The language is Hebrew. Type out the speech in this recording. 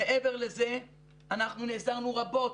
מעבר לזה אנחנו נעזרנו רבות